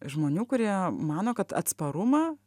žmonių kurie mano kad atsparumą